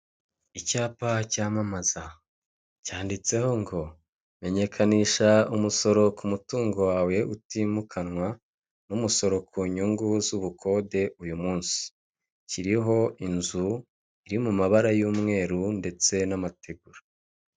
Icyapa cyamamaza cyanditseho ngo menyekanisha umusoro ku mutungo wawe utimukanwa n'umusoro ku nyungu z'ubukode uyu munsi. Kiriho inzu iri mu mabara y'umweru ndetse n'amategura.